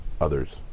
others